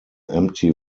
empty